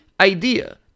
idea